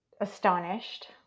astonished